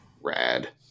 Rad